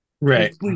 Right